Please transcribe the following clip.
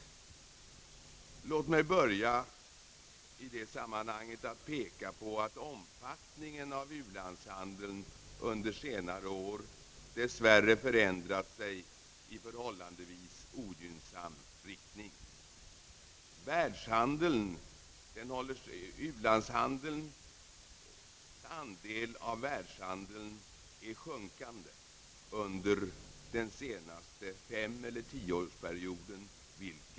Låt mig i detta sammanhang inledningsvis peka på att omfattningen av u-landshandeln under senare år dessvärre förändrat sig i förhållandevis ogynnsam riktning. U-landshandelns andel av världshandeln har varit sjunkande under den senaste såväl femsom tioårsperioden.